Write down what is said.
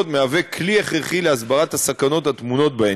הם כלי הכרחי להסברת הסכנות הטמונות בהן.